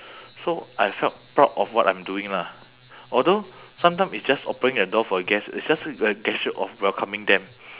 so I felt proud of what I'm doing lah although sometime it's just opening the door for guest it's just a gesture of welcoming them